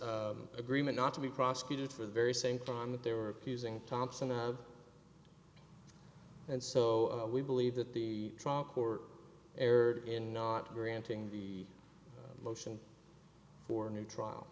is agreement not to be prosecuted for the very same crime that they were using thompson and so we believe that the trial court error in not granting the motion for a new trial